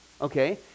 okay